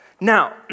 Now